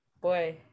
boy